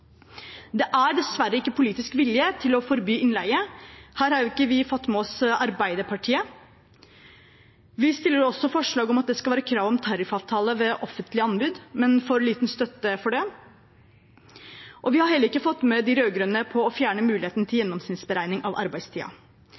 Det er dessverre ikke politisk vilje til å forby innleie. Her har vi ikke fått med oss Arbeiderpartiet. Vi fremmer også forslag om at det skal være krav om tariffavtale ved offentlige anbud, men får liten støtte for det. Og vi har heller ikke fått med de rød-grønne på å fjerne muligheten for gjennomsnittsberegning av